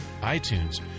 iTunes